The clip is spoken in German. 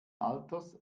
alters